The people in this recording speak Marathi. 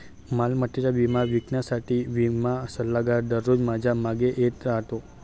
मालमत्तेचा विमा विकण्यासाठी विमा सल्लागार दररोज माझ्या मागे येत राहतो